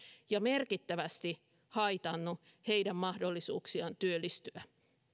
ja merkittävästi haitanneet heidän mahdollisuuksiaan työllistyä